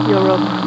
Europe